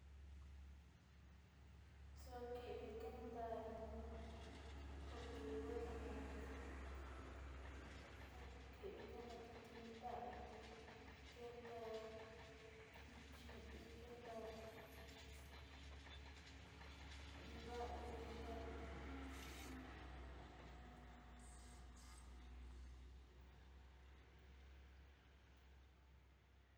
Orre kivi kantai; koku te kakan ntaka janijaranu ja orre ntai kiti yuka chi mani anu kaha kiti yuka ninkakan